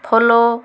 follow